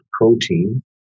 protein